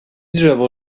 drzewo